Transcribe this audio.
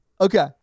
Okay